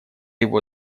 его